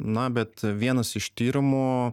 na bet vienas iš tyrimų